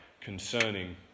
concerning